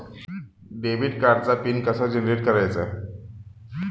Debit कार्डचा PIN कसा generate करायचा?